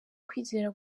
kwizera